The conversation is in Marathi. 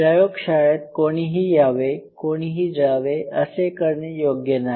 प्रयोगशाळेत कोणीही यावे कोणीही जावे असे करणे योग्य नाही